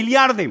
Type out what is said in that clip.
מיליארדים